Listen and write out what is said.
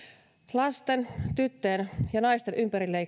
lasten tyttöjen ja naisten ympärileikkaus eli